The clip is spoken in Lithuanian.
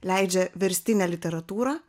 leidžia verstinę literatūrą